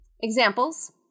Examples